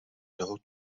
toho